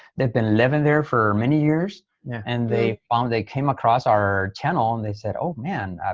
they've been living there for many years yeah and they found. they came across our channel and they said, oh man, i've,